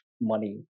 money